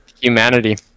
humanity